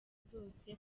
zose